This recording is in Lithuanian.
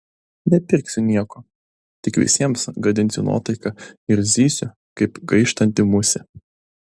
nepirksiu nieko tik visiems gadinsiu nuotaiką ir zysiu kaip gaištanti musė